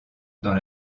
dans